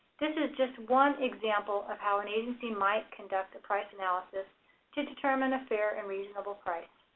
this is just one example of how an agency might conduct a price analysis to determine a fair and reasonable price.